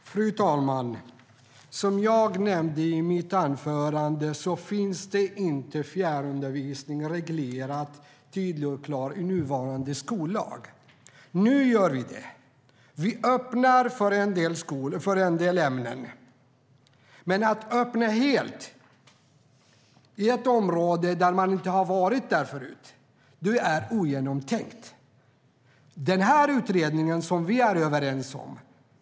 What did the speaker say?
Fru talman! Som jag nämnde i mitt anförande är fjärrundervisning inte tydligt reglerad i nuvarande skollag. Nu gör vi det. Vi öppnar för en del skolor och för en del ämnen, men att öppna upp helt på ett område där man inte har varit förut är ogenomtänkt. Vi är överens om en utredning.